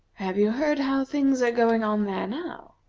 have you heard how things are going on there now?